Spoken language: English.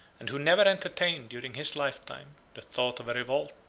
and who never entertained, during his lifetime, the thought of a revolt,